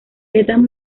estas